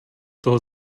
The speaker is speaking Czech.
toho